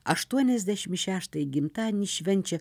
aštuoniasdešim šeštąjį gimtadienį švenčia